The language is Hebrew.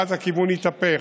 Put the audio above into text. ואז הכיוון התהפך: